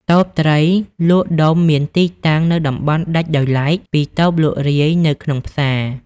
តូបត្រី លក់ដុំមានទីតាំងនៅតំបន់ដាច់ដោយឡែកពីតូបលក់រាយនៅក្នុងផ្សារ។